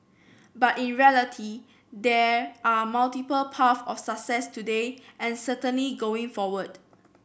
but in reality there are multiple paths of success today and certainly going forward